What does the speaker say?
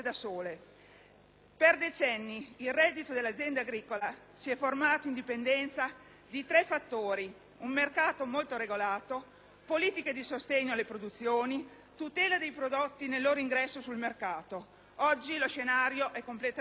Per decenni il reddito dell'azienda agricola si è formato in dipendenza di tre fattori: un mercato molto regolato; politiche di sostegno alle produzioni; tutela dei prodotti nel loro ingresso sul mercato. Oggi lo scenario è completamente cambiato,